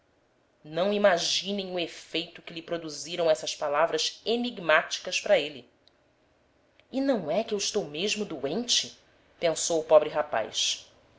não imaginem o efeito que lhe produziram essas palavras enigmáticas para ele e não é que eu estou mesmo doente pensou o pobre rapaz